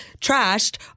trashed